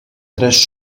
tres